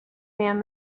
man